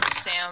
Sam